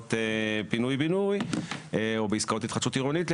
בעסקאות פינוי בינוי או בעסקאות התחדשות עירונית,